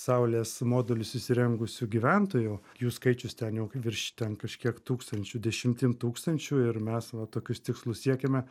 saulės modulius įsirengusių gyventojų jų skaičius ten jau virš ten kažkiek tūkstančių dešimtim tūkstančių ir mes va tokius tikslus siekiame